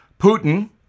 Putin